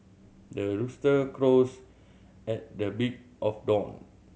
the rooster crows at the big of dawn